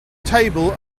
table